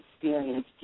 experience